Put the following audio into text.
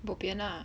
bo pian lah